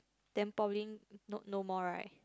then probably no no more right